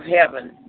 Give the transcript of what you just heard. heaven